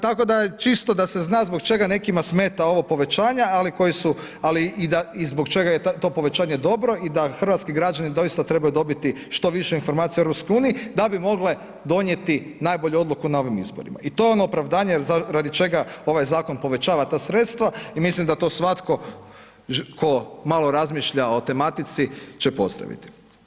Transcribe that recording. Tako da je čisto da se zna zbog čega nekima smeta ovo povećanja i zbog čega je to povećanje i dobro, i da hrvatski građani doista trebaju dobiti što više informacija o EU, da bi mogle donijeti najbolju odluku na ovim izborima i to je ono opravdanje, radi čega ovaj zakon povećava ta sredstva i mislim da to svatko, tko malo razmišlja o tematici će pozdraviti.